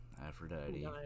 Aphrodite